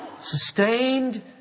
sustained